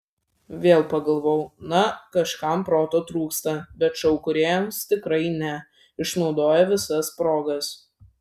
vėl pagalvojau na kažkam proto trūksta bet šou kūrėjams tikrai ne išnaudoja visas progas